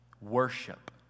worship